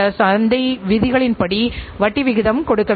அதை நீங்கள் உறுதிப்படுத்திக் கொள்ளலாம்